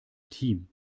team